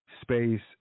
space